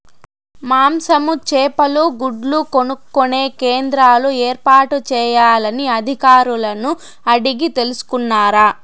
మాంసము, చేపలు, గుడ్లు కొనుక్కొనే కేంద్రాలు ఏర్పాటు చేయాలని అధికారులను అడిగి తెలుసుకున్నారా?